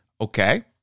Okay